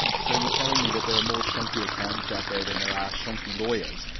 so you're telling me that there are more shonky accountants out there than there are shonky lawyers?